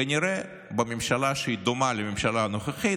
כנראה בממשלה שהיא דומה לממשלה הנוכחית,